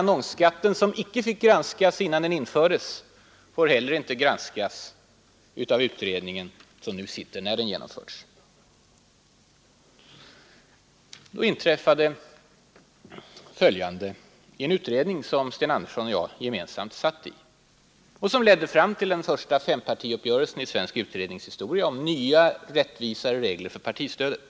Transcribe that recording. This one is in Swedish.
Annonsskatten, som icke fick granskas innan den infördes, får inte heller granskas av den utredning som nu arbetar, sedan skatten genomförts. Den partistödsutredning som Sten Andersson och jag gemensamt satt i ledde fram till den första fempartiuppgörelsen i svensk utredningshistoria om nya, rättvisare regler för partistödet.